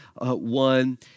one